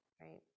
right